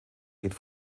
geht